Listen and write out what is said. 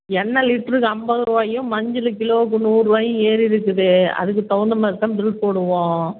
எண்ணெய் லிட்டருக்கு ஐம்பது ரூபாயும் மஞ்சள் கிலோவுக்கு நூறு ரூபாயும் ஏறி இருக்குது அதுக்கு தகுந்த மாதிரி தான் பில் போடுவோம்